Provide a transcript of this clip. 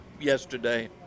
yesterday